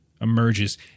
emerges